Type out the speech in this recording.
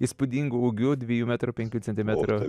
įspūdingu ūgiu dviejų metrų penkių centimetrų